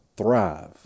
Thrive